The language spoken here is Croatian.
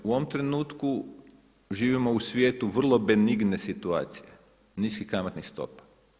U ovom trenutku živimo u svijetu vrlo benigne situacije niskih kamatnih stopa.